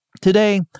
today